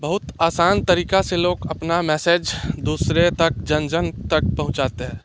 बहुत आसान तरीका से लोग अपना मैसेज दूसरे तक जन जन तक पहुँचाते हैं